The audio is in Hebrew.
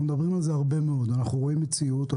אנחנו מדברים על זה הרבה מאוד ואנחנו רואים את המציאות.